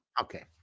Okay